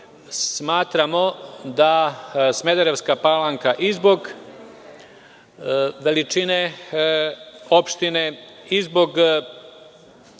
Smatramo da Smederevska Palanka i zbog veličine opštine i zbog